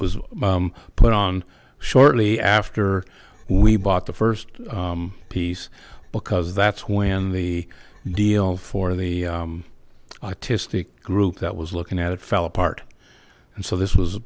was put on shortly after we bought the first piece because that's when the deal for the artistic group that was looking at it fell apart and so this was